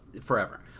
forever